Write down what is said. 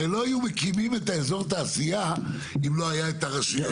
הרי לא היו מקימים את אזור התעשייה אם לא היה את הרשויות האלה.